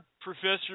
Professor